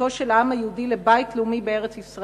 בזכותו של העם היהודי לבית לאומי בארץ-ישראל